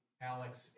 Alex